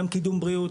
גם קידום בריאות,